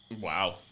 Wow